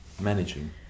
managing